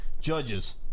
Judges